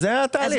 זה התהליך.